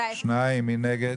2. מי נגד?